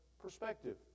perspective